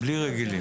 בלי "רגילים".